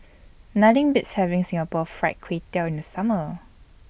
Nothing Beats having Singapore Fried Kway Tiao in The Summer